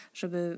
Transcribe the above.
żeby